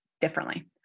differently